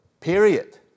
period